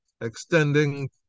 extending